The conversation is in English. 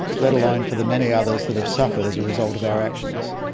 let alone for the many others that have suffered as a result of our actions.